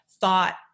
thought